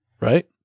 right